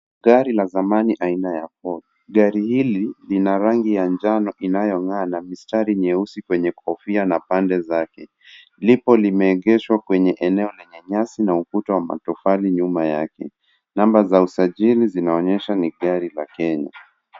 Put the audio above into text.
Gari ya zamani aina ya Ford. Gari hili lina rangi ya njano inayong'aa na mistari nyeusi kwenye kofia na pande zake. Lipo limeegeshwa kwenye eneo lenye nyasi na ukuta wa matofali nyuma yake. Namba za usajili zinaonyesha ni gari la Kenya.